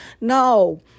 no